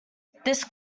this